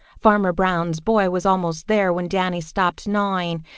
farmer brown's boy was almost there when danny stopped gnawing.